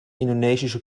indonesische